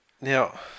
Now